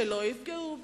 שלא יפגעו בקשישים.